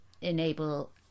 enable